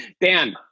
Dan